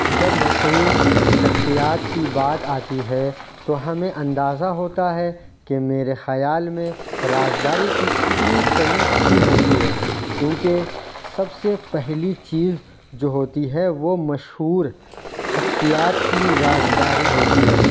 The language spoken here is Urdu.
جب مشہور شخصیات کی بات آتی ہے تو ہمیں اندازہ ہوتا ہے کہ میرے خیال میں رازداری کی اتنی کمی کیوں ہوتی ہے کیونکہ سب سے پہلی چیز جو ہوتی ہے وہ مشہور شخصیات کی رازداری ہوتی ہے